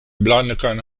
blankan